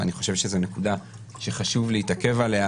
ואני חושב שזו נקודה שחשוב להתעכב עליה,